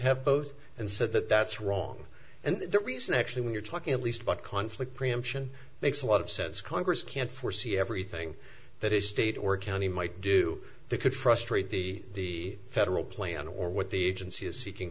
have both and said that that's wrong and the reason actually when you're talking at least but conflict preemption makes a lot of sense congress can't foresee everything that is state or county might do they could frustrate the federal plan or what the agency